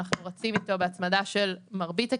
אנחנו רצים איתו בהצמדה של מרבית הקצבאות,